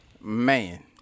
Man